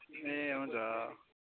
ए हुन्छ